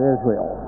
Israel